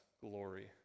glory